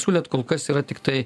siūlėt kol kas yra tiktai